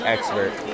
Expert